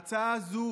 ההצעה הזו,